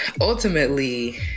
ultimately